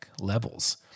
levels